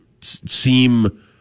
seem